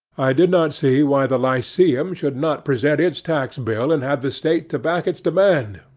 i did not see why the lyceum should not present its tax bill, and have the state to back its demand,